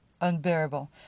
unbearable